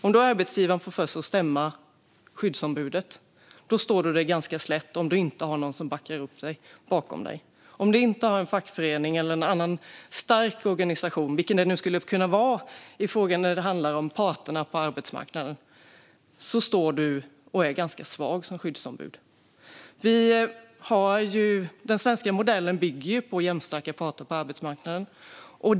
Om arbetsgivaren då får för sig att stämma skyddsombudet står skyddsombudet sig ganska slätt utan någon bakom sig. Om du inte har en fackförening eller någon annan stark organisation bakom dig, vilken det nu skulle kunna vara när det handlar om parterna på arbetsmarknaden, är du ganska svag som skyddsombud. Den svenska modellen bygger på jämnstarka parter på arbetsmarknaden.